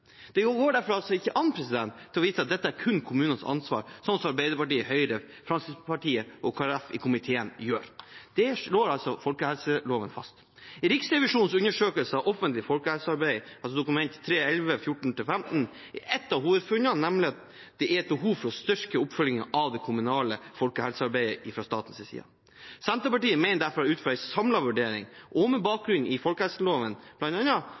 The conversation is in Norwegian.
Det går derfor ikke an å vise til at dette kun er kommunenes ansvar, sånn Arbeiderpartiet, Høyre, Fremskrittspartiet og Kristelig Folkeparti i komiteen gjør. Det slår folkehelseloven fast. I Riksrevisjonens undersøkelse av offentlig folkehelsearbeid, Dokument 3:11 for 2014–2015, er ett av hovedfunnene nemlig at det er behov for å styrke oppfølgingen av det kommunale folkehelsearbeidet fra statens side. Senterpartiet mener derfor, ut fra en samlet vurdering og bl.a. med bakgrunn i folkehelseloven,